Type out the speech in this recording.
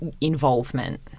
involvement